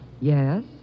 Yes